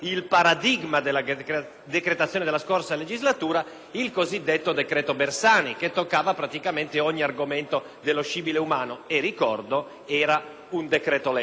decreto Bersani, che toccava praticamente ogni argomento dello scibile umano. E ricordo che era un decreto-legge.